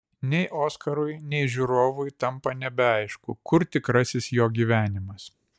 nei oskarui nei žiūrovui tampa nebeaišku kur tikrasis jo gyvenimas